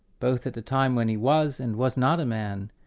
both at the time when he was and was not a man,